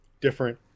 different